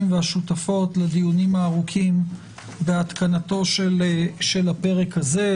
והשותפות לדיונים הארוכים בהתקנת הפרק הזה,